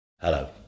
Hello